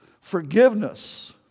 Forgiveness